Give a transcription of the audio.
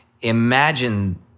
imagine